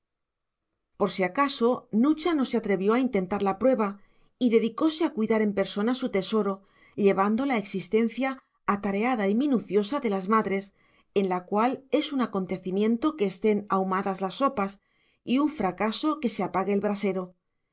por si acaso nucha no se atrevió a intentar la prueba y dedicóse a cuidar en persona su tesoro llevando la existencia atareada y minuciosa de las madres en la cual es un acontecimiento que estén ahumadas las sopas y un fracaso que se apague el brasero